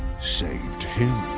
saved him.